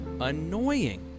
annoying